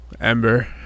Ember